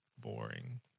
boring